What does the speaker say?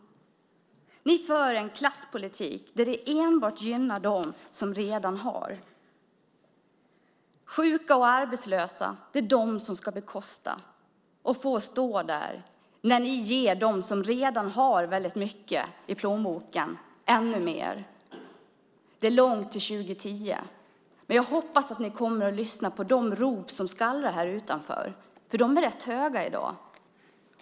Ni för en klasspolitik som enbart gynnar dem som redan har. Sjuka och arbetslösa ska bekosta och stå där när ni ger dem som redan har väldigt mycket i plånboken ännu mer. Det är långt till 2010, men jag hoppas att ni lyssnar på de rop som skallar här utanför. De är ganska höga i dag.